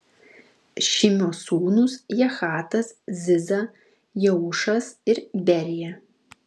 šimio sūnūs jahatas ziza jeušas ir berija